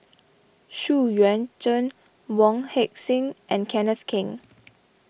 Xu Yuan Zhen Wong Heck Sing and Kenneth Keng